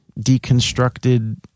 deconstructed